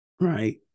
Right